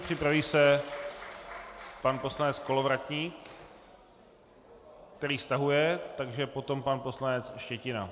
Připraví se pan poslanec Kolovratník, který stahuje, takže potom pan poslanec Štětina.